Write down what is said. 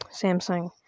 Samsung